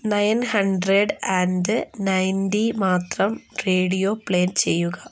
nine hundred and ninety മാത്രം radio play ചെയ്യുക